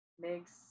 makes